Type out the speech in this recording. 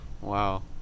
Wow